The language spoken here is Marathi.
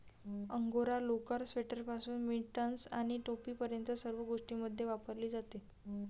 अंगोरा लोकर, स्वेटरपासून मिटन्स आणि टोपीपर्यंत सर्व गोष्टींमध्ये वापरली जाते